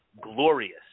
Glorious